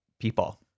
people